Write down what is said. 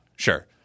Sure